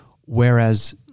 Whereas